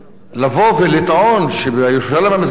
לבוא ולטעון שבירושלים המזרחית,